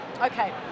Okay